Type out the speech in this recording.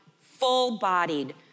full-bodied